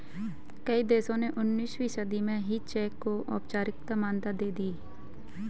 कई देशों ने उन्नीसवीं सदी में ही चेक को औपचारिक मान्यता दे दी